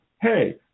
hey